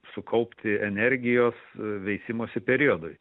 sukaupti energijos veisimosi periodui